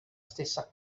stessa